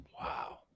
Wow